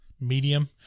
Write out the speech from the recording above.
Medium